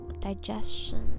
digestion